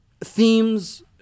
themes